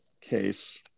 case